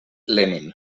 lenin